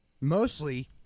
Mostly